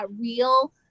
real